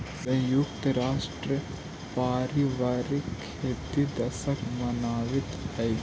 संयुक्त राष्ट्र पारिवारिक खेती दशक मनावित हइ